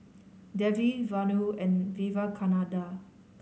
Devi Vanu and Vivekananda